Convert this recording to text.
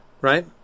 right